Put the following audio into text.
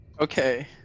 okay